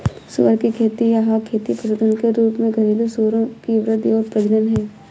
सुअर की खेती या हॉग खेती पशुधन के रूप में घरेलू सूअरों की वृद्धि और प्रजनन है